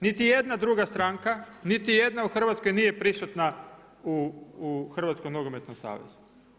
Niti jedna druga stranka, niti jedna u Hrvatskoj nije prisutna u Hrvatskom nogometnom savezu.